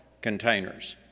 containers